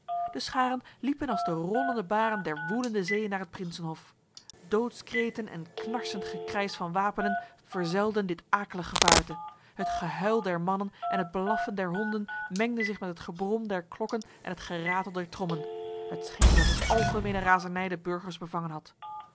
de scharen liepen als de rollende baren der woedende zee naar het prinsenhof doodskreten en knarsend gekrijs van wapenen verzelden dit akelig gevaarte het gehuil der mannen en het blaffen der honden mengde zich met het gebrom der klokken en het geratel der trommen het scheen dat een algemene razernij de burgers bevangen had